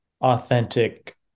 authentic